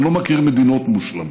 אני לא מכיר מדינות מושלמות,